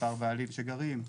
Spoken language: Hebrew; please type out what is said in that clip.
מספר בעלים שגרים,